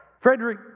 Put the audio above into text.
Frederick